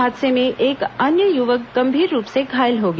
हादसे में एक अन्य युवक गंभीर रूप से घायल हो गया